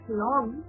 long